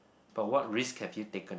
but what risk have you taken